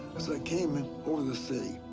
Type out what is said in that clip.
as i came in over the city,